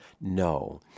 No